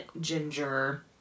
ginger